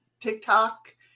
TikTok